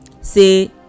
say